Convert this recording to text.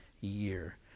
year